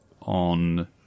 on